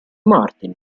martin